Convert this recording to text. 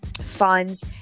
funds